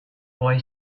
boy